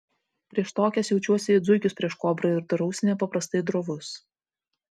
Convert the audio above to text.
prieš tokias jaučiuosi it zuikis prieš kobrą ir darausi nepaprastai drovus